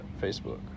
facebook